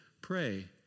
pray